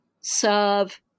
serve